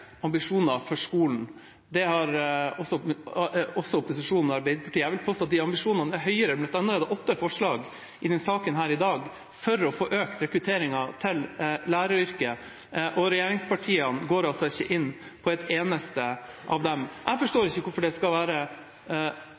ambisjoner for skolen. Det har også opposisjonen og Arbeiderpartiet. Jeg vil påstå at de ambisjonene er høyere. Blant annet er det fremmet åtte forslag i denne saken i dag om å øke rekrutteringen til læreryrket. Regjeringspartiene går ikke inn på et eneste av dem. Jeg forstår ikke hvorfor det skal være